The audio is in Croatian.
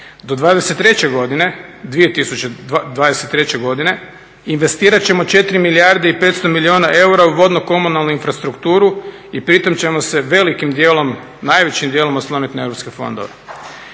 Do 2023. godine investirat ćemo 4 milijarde i 500 milijuna eura u vodno-komunalnu infrastrukturu i pritom ćemo se velikim dijelom, najvećim dijelom osloniti na europske fondove.